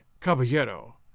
caballero